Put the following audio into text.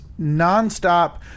nonstop